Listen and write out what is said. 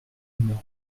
numéro